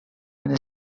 and